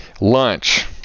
lunch